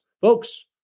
folks